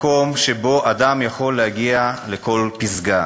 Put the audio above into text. מקום שבו אדם יכול להגיע לכל פסגה: